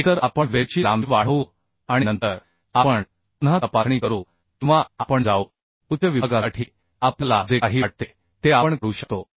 एकतर आपण वेल्डची लांबी वाढवू आणि नंतर आपण पुन्हा तपासणी करू किंवा आपण जाऊ उच्च विभागासाठी आपल्या ला जे काही वाटते ते आपण करू शकतो